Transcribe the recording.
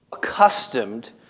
accustomed